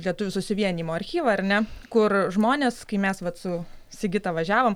lietuvių susivienijimo archyvą ar ne kur žmonės kai mes vat su sigita važiavom